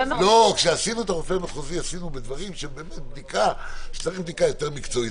כשעשינו את הרופא המחוזי עשינו בדברים שצריך בדיקה יותר מקצועית.